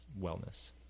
wellness